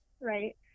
right